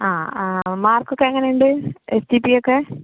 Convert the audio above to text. ആ മാർക്ക് ഒക്കെ എങ്ങനെയുണ്ട് എസ്ജിപി ഒക്കെ